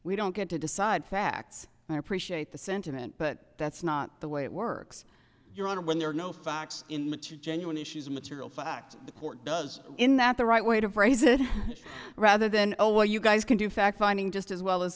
we don't get to decide facts and i appreciate the sentiment but that's not the way it works your honor when there are no facts in the two genuine issues of material fact the court does in that the right way to phrase it rather than oh well you guys can do fact finding just as well as